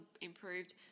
improved